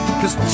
cause